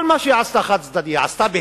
כל מה שהיא עשתה, חד-צדדי היא עשתה.